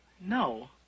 no